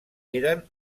eren